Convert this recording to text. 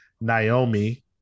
Naomi